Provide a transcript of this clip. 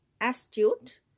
Astute